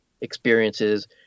experiences